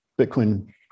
Bitcoin